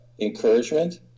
encouragement